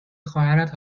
خواهرت